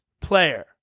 player